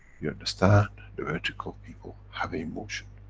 you understand the vertical people have emotion.